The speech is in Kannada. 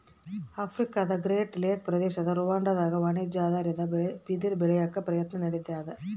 ಆಫ್ರಿಕಾದಗ್ರೇಟ್ ಲೇಕ್ ಪ್ರದೇಶದ ರುವಾಂಡಾದಾಗ ವಾಣಿಜ್ಯ ಆಧಾರದಲ್ಲಿ ಬಿದಿರ ಬೆಳ್ಯಾಕ ಪ್ರಯತ್ನ ನಡಿತಾದ